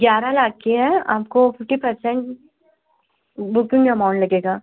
ग्यारह लाख की है आपको फिफ्टी पर्सेंट बुकिंग एमाउन्ट लगेगा